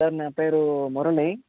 sir నా పేరు మురళి